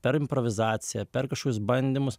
per improvizaciją per kažkokius bandymus